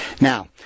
Now